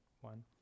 one